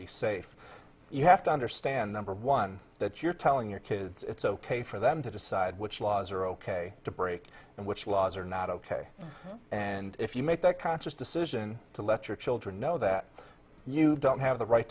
be safe you have to understand number one that you're telling your kids it's ok for them to decide which laws are ok to break and which laws are not ok and if you make that conscious decision to let your children know that you don't have the right